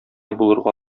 булырга